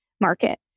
market